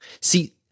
See